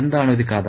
എന്താണ് ഒരു കഥ